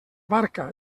barca